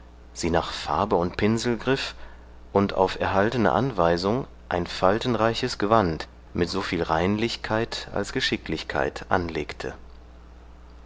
sie nach farbe und pinsel griff und auf erhaltene anweisung ein faltenreiches gewand mit soviel reinlichkeit als geschicklichkeit anlegte